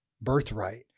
birthright